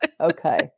Okay